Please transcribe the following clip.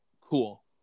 cool